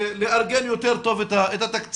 לארגן יותר טוב את התקציב?